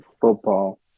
football